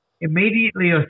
immediately